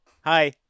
Hi